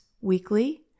weekly